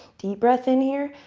deep breath in here.